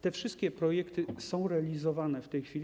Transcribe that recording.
Te wszystkie projekty są realizowane w tej chwili.